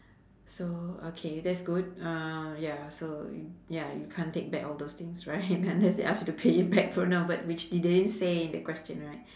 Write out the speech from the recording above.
so okay that's good uh ya so ya you can't take back all those things right unless they ask you to pay it back for now but which the~ they didn't say in the question right